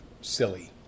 silly